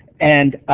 and